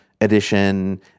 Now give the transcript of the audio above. edition